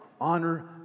honor